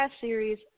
series